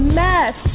mess